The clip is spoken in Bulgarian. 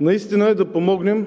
наистина е да помогнем